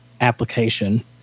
application